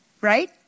Right